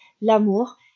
l'amour